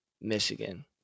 Michigan